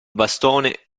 bastone